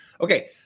Okay